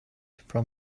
from